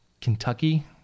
Kentucky